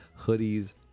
hoodies